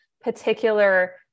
particular